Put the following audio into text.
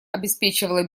обеспечивала